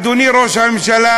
אדוני ראש הממשלה,